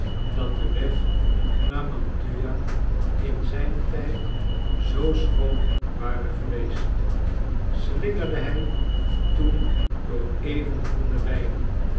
dat de weg naar mantua in zijn tijd zoo schoon ware geweest slingerde hij toen door even groene weiden